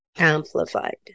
amplified